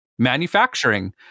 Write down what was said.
Manufacturing